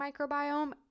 microbiome